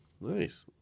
Nice